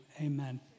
Amen